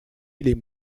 les